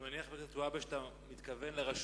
אני מניח, חבר הכנסת והבה, שאתה מתכוון לרשויות